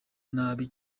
nabi